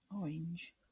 Orange